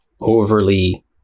overly